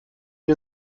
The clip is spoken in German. wir